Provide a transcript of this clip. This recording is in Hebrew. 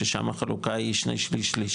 ששמה החלוקה היא שני שליש/שליש,